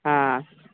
हा